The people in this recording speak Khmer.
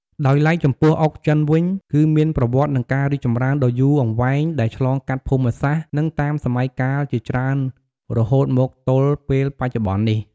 ដោយឡែក ចំពោះអុកចិនវិញ គឺមានប្រវត្តិនិងការរីកចម្រើនដ៏យូរអង្វែងដែលឆ្លងកាត់ភូមិសាស្ត្រ និងតាមសម័យកាលជាច្រើនរហូតមកទល់ពេលបច្ចុប្បន្ននេះ។